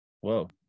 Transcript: Whoa